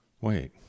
wait